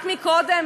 רק קודם,